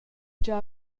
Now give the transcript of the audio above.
gia